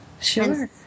Sure